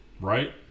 Right